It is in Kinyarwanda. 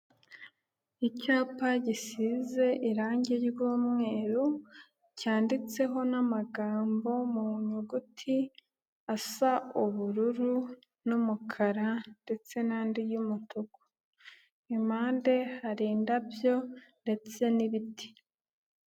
Icyapa gisize irangi ry'umweru cyanditseho n'amagambo mu nyuguti asa ubururu n'umukara ndetse n'andi y'umutuku, impande hari indabyo ndetse n'ibiti.